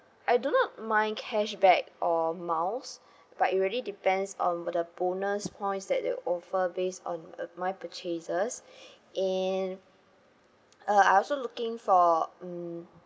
I do not mind cashback or miles but it really depends on bonus points that they offer based on uh my purchases and uh I also looking for mm